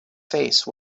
face